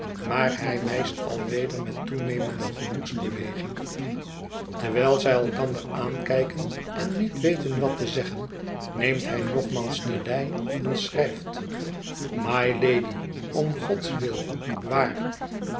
maar hij wijst alweder met toenemende gemoedsbeweging terwijl zij elkander aankijken en niet weten wat te zeggen neemt hij nogmaals de lei en schrijft mylady om gods wil waar